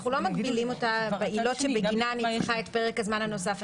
אני לא מגבילה את העילות שבגינן נדרש פרק הזמן הנוסף.